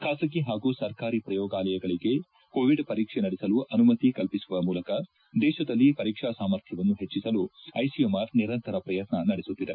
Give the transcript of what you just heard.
ಖಾಸಗಿ ಹಾಗೂ ಸರ್ಕಾರಿ ಪ್ರಯೋಗಾಲಯಗಳಿಗೆ ಕೋವಿಡ್ ಪರೀಕ್ಷೆ ನಡೆಸಲು ಅನುಮತಿ ಕಲ್ಪಿಸುವ ಮೂಲಕ ದೇಶದಲ್ಲಿ ಪರೀಕ್ಷಾ ಸಾಮರ್ಥ್ಯವನ್ನು ಹೆಚ್ಚಿಸಲು ಐಸಿಎಂಆರ್ ನಿರಂತರ ಪ್ರಯತ್ನ ನಡೆಸುತ್ತಿದೆ